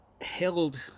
held